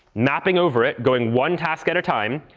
mapping over it, going one task at a time.